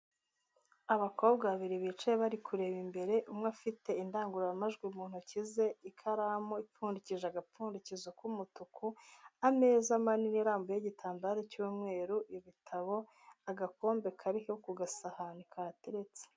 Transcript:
Abakobwa babiri bicaye bari kureba imbere umwe afite indangururamajwi mu ntoki ze, ikaramu ipfundikije agapfundikizo k'umutuku, ameza manini arambuyeho igitambaro cy'umweru, ibitabo, agakombe kariho ku gasahani kahateretse.